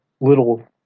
little